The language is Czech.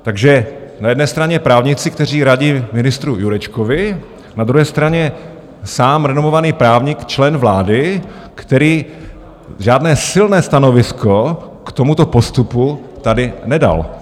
Takže na jedné straně právníci, kteří radí ministru Jurečkovi, na druhé straně sám renomovaný právník, člen vlády, který žádné silné stanovisko k tomuto postupu tady nedal.